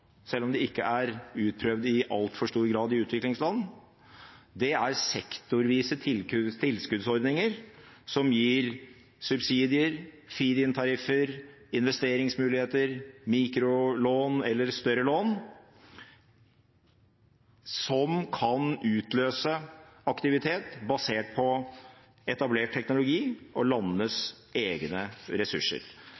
selv om det ikke i altfor stor grad er utprøvd i utviklingsland – er sektorvise tilskuddsordninger, som gir subsidier, feed-in-tariffer, investeringsmuligheter, mikrolån eller større lån, som kan utløse aktivitet basert på etablert teknologi og landenes egne ressurser.